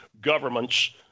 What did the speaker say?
governments